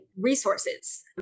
resources